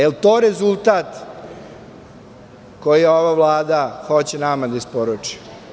Jel to rezultat koji ova Vlada hoće nama da isporuči?